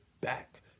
back